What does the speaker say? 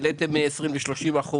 העליתם מ-20% ל-30%,